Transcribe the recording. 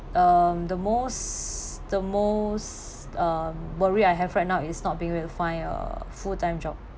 um the most the most um worry I have right now is not being able to find a full time job